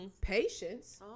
patience